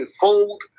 fold